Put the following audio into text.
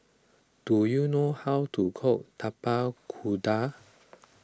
do you know how to cook Tapak Kuda